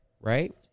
Right